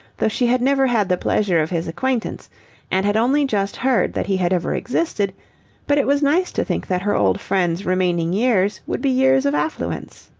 though she had never had the pleasure of his acquaintance and had only just heard that he had ever existed but it was nice to think that her old friend's remaining years would be years of affluence.